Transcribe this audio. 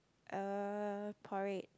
uh porridge